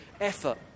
effort